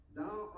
thou